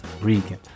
Regan